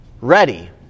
ready